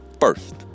First